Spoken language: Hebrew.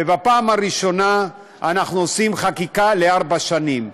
ובפעם הראשונה אנחנו עושים חקיקה לארבע שנים.